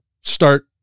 start